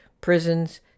prisons